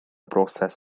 broses